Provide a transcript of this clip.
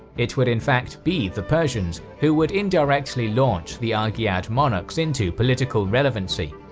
it would in fact be the persians who would indirectly launch the argead monarchs into political relevancy,